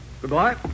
Goodbye